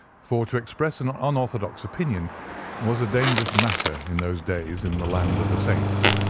for to express an unorthodox opinion was a dangerous matter in those days in the land of the saints.